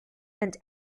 and